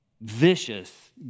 Vicious